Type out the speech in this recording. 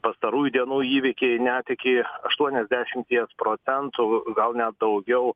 pastarųjų dienų įvykiai net iki aštuoniasdešimties procentų gal net daugiau